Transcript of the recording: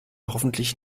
hoffentlich